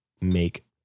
make